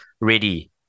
ready